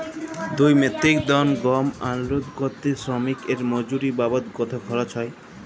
দুই metric ton গম unload করতে শ্রমিক এর মজুরি বাবদ কত খরচ হয়?